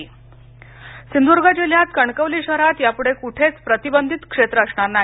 सिंधुद्ग सिंधुदूर्ग जिल्ह्यात कणकवली शहरात यापुढे कुठेच प्रतिबंधित क्षेत्र असणार नाही